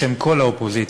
בשם כל האופוזיציה,